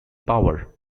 power